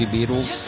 Beatles